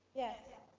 yes.